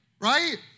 right